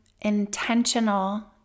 intentional